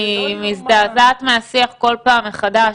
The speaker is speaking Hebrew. אני מזדעזעת מהשיח כל פעם מחדש.